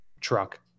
truck